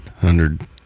hundred